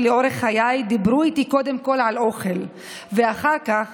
לאורך חיי דיברו איתי קודם כול על אוכל ואחר כך